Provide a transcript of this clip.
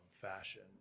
fashion